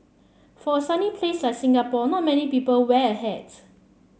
for a sunny place like Singapore not many people wear a hat